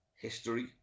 history